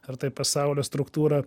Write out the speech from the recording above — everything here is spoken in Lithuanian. ar tai pasaulio struktūrą